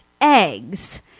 eggs